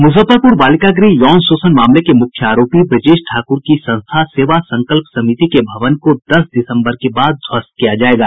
मुजफ्फरपुर बालिका गृह यौन शोषण कांड के मुख्य आरोपी ब्रजेश ठाकुर की संस्था सेवा संकल्प समिति के भवन को दस दिसम्बर के बाद ध्वस्त किया जायेगा